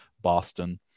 Boston